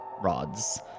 rods